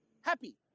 happy